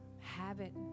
habit